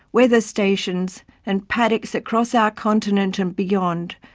weather stations and paddocks across our continent, and beyond,